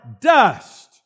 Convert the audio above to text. dust